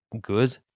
good